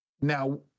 Now